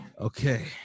Okay